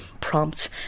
Prompts